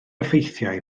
effeithiau